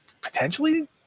potentially